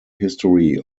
history